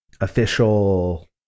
official